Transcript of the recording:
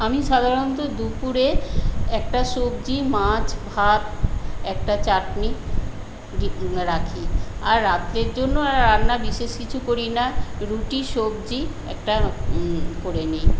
আমি সাধারণত দুপুরে একটা সবজি মাছ ভাত একটা চাটনি রাখি আর রাত্রের জন্য আর রান্না বিশেষ কিছু করি না রুটি সবজি একটা করে নিই